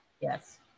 Yes